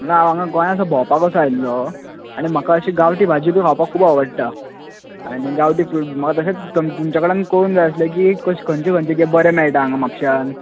ना हांव गोंया असो भोंवपाक कसो आयल्लो आनी म्हाका अशी गांवटी भाजी खावपाक बीन खूब आवडटा आन म्हाका अशेच तुमच्या कडेन कळून जाय आसले की खंयचे खंयचे बरे मेळटा हांगा म्हापशान